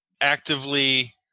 actively